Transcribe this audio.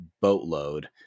boatload